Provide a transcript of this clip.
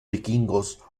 vikingos